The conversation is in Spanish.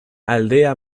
aldea